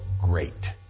great